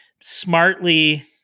smartly